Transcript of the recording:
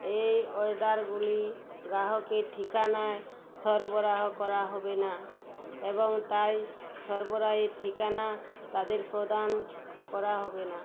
এই অর্ডারগুলি গ্রাহকের ঠিকানায় সরবরাহ করা হবে না এবং তাই সরবরাহের ঠিকানা তাদের প্রদান করা হবে না